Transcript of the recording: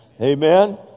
Amen